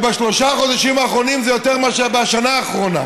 שבשלושה החודשים האחרונים זה יותר מאשר בשנה האחרונה,